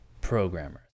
programmers